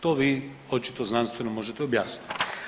To vi očito znanstveno možete objasniti.